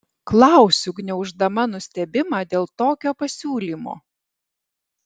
klausiu gniauždama nustebimą dėl tokio pasiūlymo